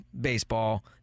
baseball